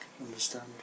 understand